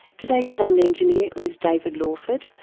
today's sound engineer was david lawford,